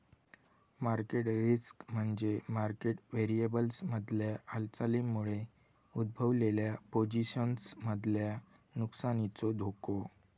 market risk म्हणजे market व्हेरिएबल्समधल्या हालचालींमुळे उद्भवलेल्या पोझिशन्समधल्या नुकसानीचो धोको